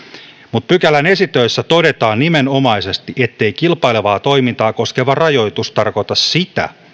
mutta pykälän esitöissä todetaan nimenomaisesti ettei kilpailevaa toimintaa koskeva rajoitus tarkoita sitä